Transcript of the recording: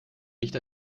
nicht